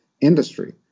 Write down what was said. industry